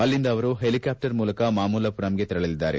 ಅಲ್ಲಿಂದ ಅವರು ಹೆಲಿಕಾಪ್ಟರ್ ಮೂಲಕ ಮಾಮಲ್ಲಮರಂಗೆ ತೆರಳಲಿದ್ದಾರೆ